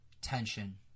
tension